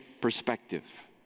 perspective